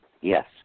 Yes